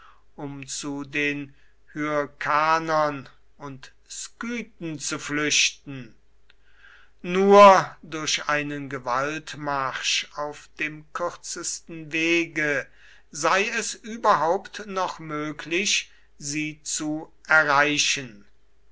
um zu den hyrkanern und skythen zu flüchten nur durch einen gewaltmarsch auf dem kürzesten wege sei es überhaupt noch möglich sie zu erreichen